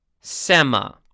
Sema